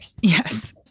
Yes